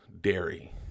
dairy